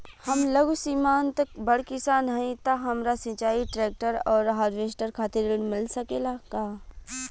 हम लघु सीमांत बड़ किसान हईं त हमरा सिंचाई ट्रेक्टर और हार्वेस्टर खातिर ऋण मिल सकेला का?